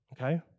Okay